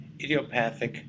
idiopathic